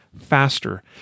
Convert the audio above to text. faster